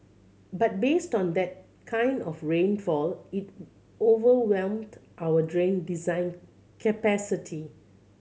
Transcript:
but based on that kind of rainfall it overwhelmed our drain design capacity